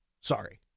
Sorry